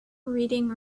reading